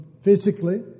physically